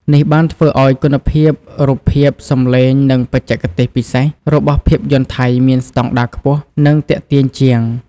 នេះបានធ្វើឲ្យគុណភាពរូបភាព សំឡេង និងបច្ចេកទេសពិសេស របស់ភាពយន្តថៃមានស្តង់ដារខ្ពស់ និងទាក់ទាញជាង។